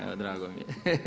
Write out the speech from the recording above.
Evo drago mi je.